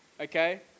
okay